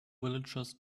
villagers